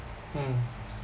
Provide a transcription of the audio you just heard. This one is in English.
mm